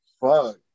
fuck